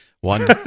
One